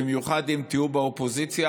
במיוחד אם תהיו באופוזיציה?